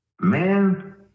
man